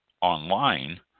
online